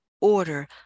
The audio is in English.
order